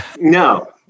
No